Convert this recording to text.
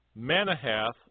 Manahath